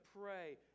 pray